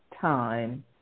time